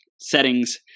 settings